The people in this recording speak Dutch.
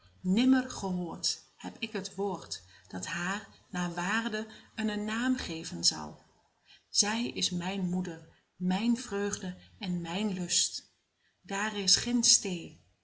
nimmer gehoord heb ik het woord dat haar naar waarde eenen naam geven zal zij is mijn moeder mijn vreugde en mijn lust daar is geen steê